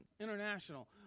international